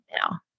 now